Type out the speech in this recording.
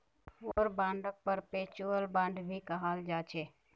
war बांडक perpetual bond भी कहाल जाछे